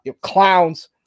clowns